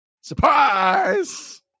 Surprise